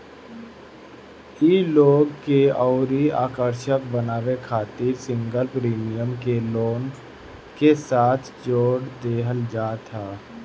इ लोन के अउरी आकर्षक बनावे खातिर सिंगल प्रीमियम के लोन के साथे जोड़ देहल जात ह